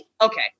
okay